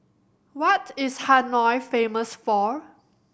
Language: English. what is Hanoi famous for